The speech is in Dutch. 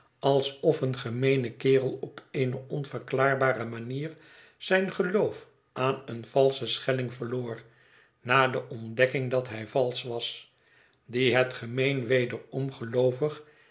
alsof een gemeene kerel op eene onverklaarbare manier zijn geloof aan een valschen schelling verloor na de ontdekking dat hij valsch was die het gemeen